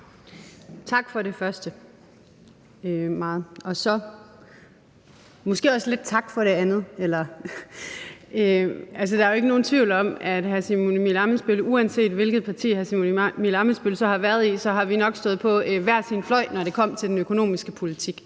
Tak for det første – og måske også lidt tak for det andet. Der er jo ikke nogen tvivl om, at hr. Simon Emil Ammitzbøll-Bille, uanset hvilket parti hr. Simon Emil Ammitzbøll-Bille har været i, og Enhedslisten nok har stået på hver sin fløj, når det kom til den økonomiske politik.